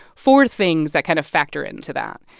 four things that kind of factor into that.